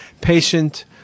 Patient